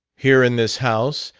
here in this house,